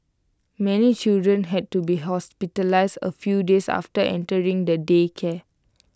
many children had to be hospitalised A few days after entering the daycare